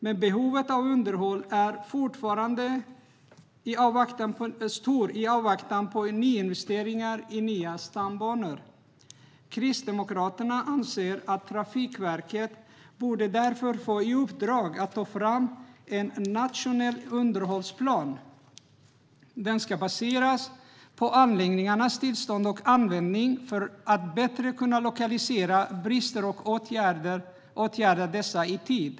Men behovet av underhåll är fortsatt stort i avvaktan på nyinvesteringar i nya stambanor. Kristdemokraterna anser att Trafikverket därför borde få i uppdrag att ta fram en nationell underhållsplan. Den ska baseras på anläggningarnas tillstånd och användning för att bättre kunna lokalisera brister och åtgärda dessa i tid.